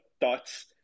thoughts